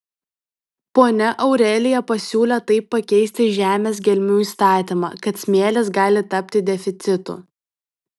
ponia aurelija pasiūlė taip pakeisti žemės gelmių įstatymą kad smėlis gali tapti deficitu